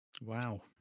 Wow